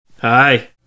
Hi